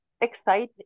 exciting